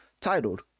titled